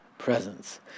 presence